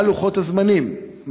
מה לוחות-הזמנים?